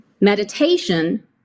Meditation